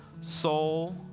soul